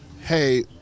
hey